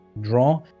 draw